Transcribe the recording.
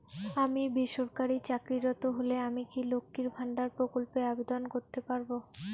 আমি বেসরকারি চাকরিরত হলে আমি কি লক্ষীর ভান্ডার প্রকল্পে আবেদন করতে পারব?